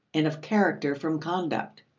and of character from conduct.